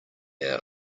air